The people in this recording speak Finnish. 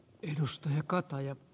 edustajien kataja